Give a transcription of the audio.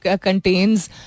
contains